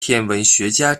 天文学家